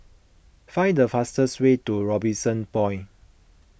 find the fastest way to Robinson Point